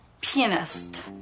Pianist